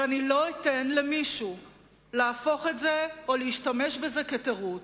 אבל לא אתן למישהו להפוך את זה או להשתמש בזה כתירוץ,